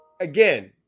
again